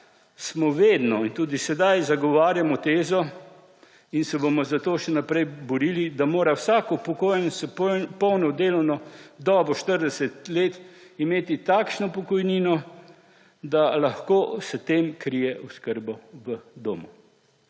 smo vedno in tudi sedaj zagovarjamo tezo in se bomo zato še naprej borili, da mora vsak upokojenec s polno delovno dobo 40 let imeti takšno pokojnino, da lahko s tem krije oskrbo v domu.